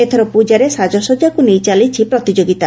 ଏଥର ପୂଜାରେ ସାଜସଜାକୁ ନେଇ ଚାଲିଛି ପ୍ରତିଯୋଗିତା